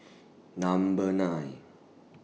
Number nine